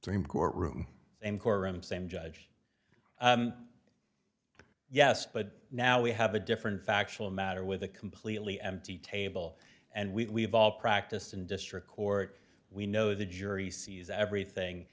dream courtroom in courtroom same judge yes but now we have a different factual matter with a completely empty table and we have all practiced in district court we know the jury sees everything